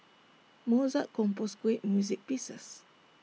Mozart composed great music pieces